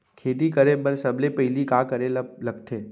खेती करे बर सबले पहिली का करे ला लगथे?